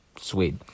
sweet